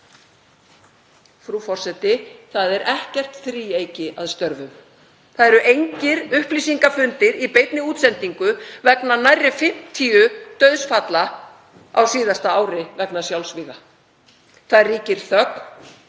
Það er ekkert þríeyki að störfum. Það eru engir upplýsingafundir í beinni útsendingu vegna nærri 50 dauðsfalla á síðasta ári vegna sjálfsvíga. Það ríkir þögn